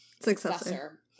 successor